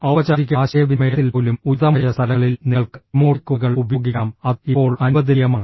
ഔപചാരിക ആശയവിനിമയത്തിൽ പോലും ഉചിതമായ സ്ഥലങ്ങളിൽ നിങ്ങൾക്ക് ഇമോട്ടിക്കോണുകൾ ഉപയോഗിക്കാം അത് ഇപ്പോൾ അനുവദനീയമാണ്